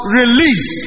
release